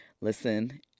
Listen